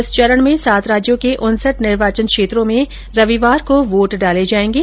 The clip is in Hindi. इस चरण में सात राज्यों के उनसठ निर्वाचन क्षेत्रों में रविवार को वोट डाले जाएंगे